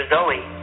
Zoe